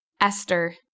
Esther